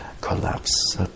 collapse